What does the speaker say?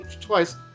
twice